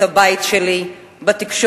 את הבית שלי בתקשורת,